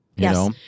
Yes